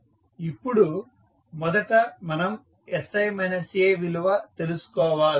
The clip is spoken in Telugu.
ఇప్పుడు మొదట మనం sI A విలువ తెలుసుకోవాలి